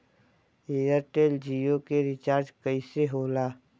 Airtel Jio के recharge कैसे होला?